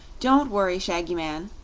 don't worry, shaggy man,